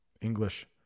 English